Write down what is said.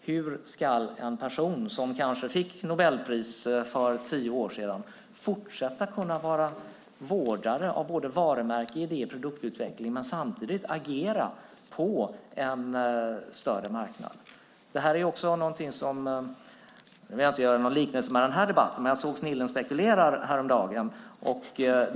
Hur ska en person som fick Nobelpris för tio år sedan fortsätta vara vårdare av varumärke, idé och produktutveckling och samtidigt agera på en större marknad? Jag gör ingen liknelse med denna debatt, men jag såg Snillen spekulerar häromdagen.